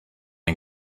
and